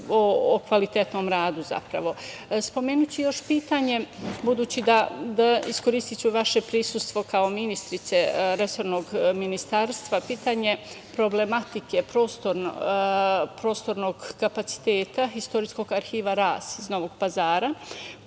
o kvalitetnom radu, zapravo. Spomenuću još pitanje, iskoristiću vaše prisustvo kao ministarke resornog ministarstva, pitanje problematike prostornog kapaciteta Istorijskog arhiva „Ras“ iz Novog Pazara